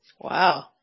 Wow